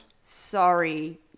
Sorry